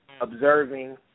observing